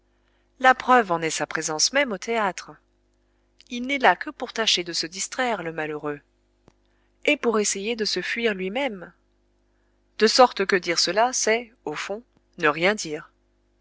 la preuve en est sa présence même au théâtre il n'est là que pour tâcher de se distraire le malheureux et pour essayer de se fuir lui-même de sorte que dire cela c'est au fond ne rien dire